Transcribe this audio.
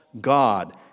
God